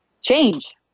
change